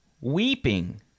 weeping